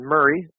Murray